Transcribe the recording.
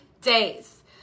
days